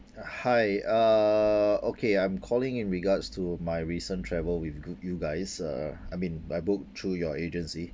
uh hi uh okay I'm calling in regards to my recent travel with you guys uh I mean by I booked through your agency